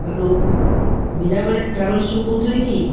hello Mirabel ଟ୍ରାଭେଲର୍ସ୍ରୁ କହୁଥିଲେ କି